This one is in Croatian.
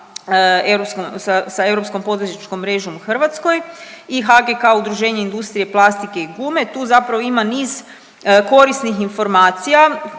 sa Europskom poduzetničkom mrežom u Hrvatskoj i HGK Udruženje industrije, plastike i gume, tu zapravo ima niz korisnih informacija